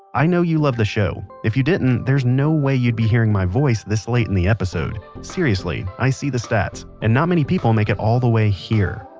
i know you love the show, if you didn't there's no way you'd be hearing my voice this late in the episode. seriously, i see the stats, and not many people make it all the way here.